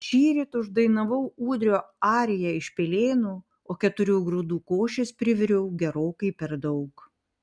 šįryt uždainavau ūdrio ariją iš pilėnų o keturių grūdų košės priviriau gerokai per daug